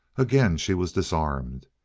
again she was disarmed.